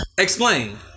Explain